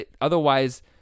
otherwise